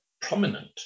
prominent